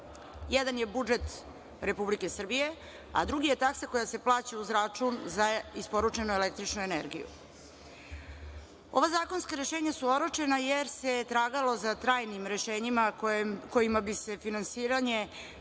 Jedan je budžet Republike Srbije, a drugi je taksa koja se plaća uz račun za isporučenu električnu energiju. Ova zakonska rešenja su oročena jer se tragalo za trajnim rešenjima kojima bi se finansiranje,